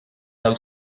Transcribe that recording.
del